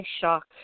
shock